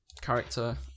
character